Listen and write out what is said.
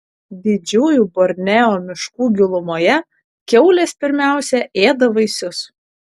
didžiųjų borneo miškų gilumoje kiaulės pirmiausia ėda vaisius